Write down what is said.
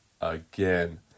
again